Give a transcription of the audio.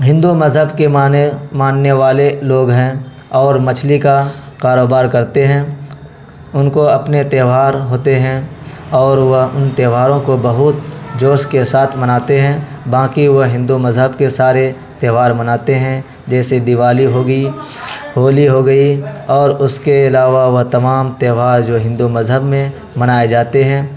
ہندو مذہب کے مانے ماننے والے لوگ ہیں اور مچھلی کا کاروبار کرتے ہیں ان کو اپنے تہوار ہوتے ہیں اور وہ ان تہوہاروں کو بہت جوش کے ساتھ مناتے ہیں باقی وہ ہندو مذہب کے سارے تہوار مناتے ہیں جیسے دیوالی ہوگی ہولی ہو گئی اور اس کے علاوہ وہ تمام تہوہار جو ہندو مذہب میں منائے جاتے ہیں